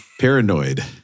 Paranoid